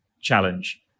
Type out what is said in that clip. challenge